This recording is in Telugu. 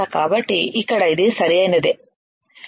కాబట్టి ఇక్కడ ఇది సరైనదేనా